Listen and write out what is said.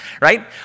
right